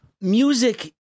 Music